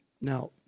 Now